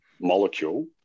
molecule